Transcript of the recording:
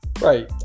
Right